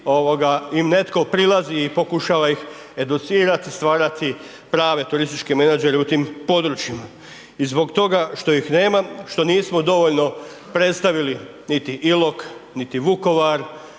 im netko prilazi i pokušava ih educirati i stvarati prave turističke menadžere u tim područjima. I zbog toga što ih nema, što nismo dovoljno predstavili niti Ilok, niti Vukovar,